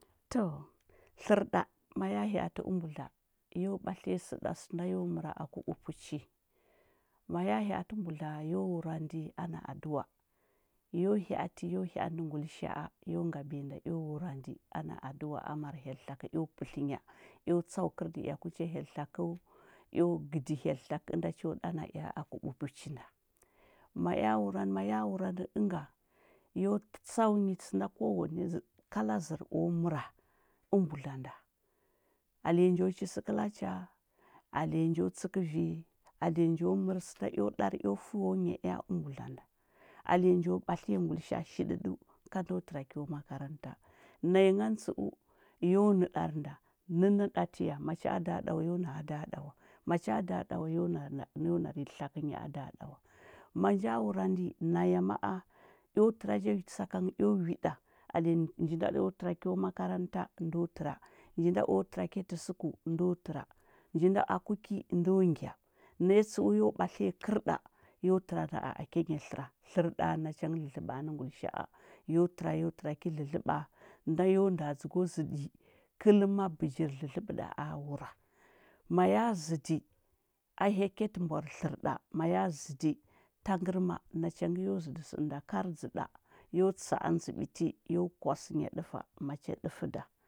To tlər ɗa ma hya’atə əmbudla, yo ɓatliya sə ɗa sənda yo məra aku ɓupuchi, ma ya hya atə mbudla yo wurandi ana aduwa, yo hya ati yo hya andə ngulisha a, yo ngabiya nda eo wurandə ana aduwa amar hyel tlakə eo pətlənya, eo tsau kərnəea ku cha hyel tlakəu eo gədi hyel tlakə ənda cho ɗa na ea aku ɓupuchi. Ma ea ma ya wurandə ənga, yo tsau nyi sənda kowane zər kala zər o məra əmbudla nda. Alenya njo chi sə kəla cha, alenya nji o tsəkə vi, alenya jo mər sənda eo ɗar eo fəu nya ea əmbudla nda. Alenya njo ɓatliya ngulisha a shiɗəɗəu, ka ndo təra kyo makaranta. Naya ndan tsəu, yo nəɗar nda, nənnə ɗatə ya? Macha a da ɗa wa, yo na a da ɗa wa. Macha a da ɗa wa yo nar nda yo nar tlaƙənyi a da ɗa wa. Ma nja wurandi, naya ma a, eo təra ja sakangə eo wiɗa, alenya nji nji nda eo təra kyo makaranta, ndo təra. Nji nda o təra kyatə suku, ndo təra. nji aku ki, ndo ngya. Naya tsəu, yo ɓatliya kərɗa, yo təra na a kya nya tləra. Tlər ɗa nacha ngə dlədləɓa nə ngulisha a, yo təra yo təra ki dlədləɓa, nda yo nda dzugwa kəl ma bəjir dlədləɓə ɗa a wura. Ma ya zədi, a hya kyatə mbwar tlər ɗa, ma ya zədi, tangərma, nacha ngə yo zədi səɗənda kar dzə ɗa yo tsa andzə ɓiti, yo kwasənya ɗəfa, macha ɗəfə da.